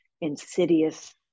insidious